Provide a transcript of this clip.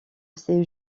ces